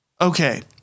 Okay